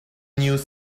use